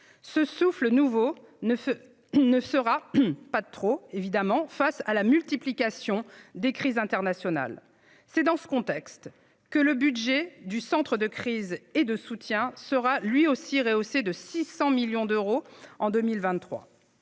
Ce souffle nouveau ne sera pas de trop, face à la multiplication des crises internationales. C'est dans ce contexte que le budget du centre de crise et de soutien sera lui aussi rehaussé de 600 millions d'euros en 2023.